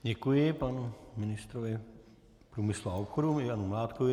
Děkuji panu ministrovi průmyslu a obchodu Janu Mládkovi.